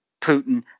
Putin